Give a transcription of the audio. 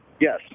Yes